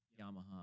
Yamaha